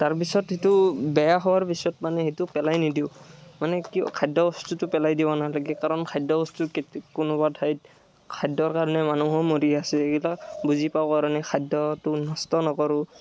তাৰপিছত সেইটো বেয়া হোৱাৰ পিছত মানে সেইটো পেলাই নিদিওঁ মানে কিবা খাদ্যবস্তুটো পেলাই দিব নালাগে কাৰণ খাদ্যবস্তু কোনোবা ঠাইত খাদ্যৰ কাৰণে মানুহো মৰি আছে সেইগিলা বুজি পাওঁ কাৰণে খাদ্যটো নষ্ট নকৰোঁ